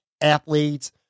athletes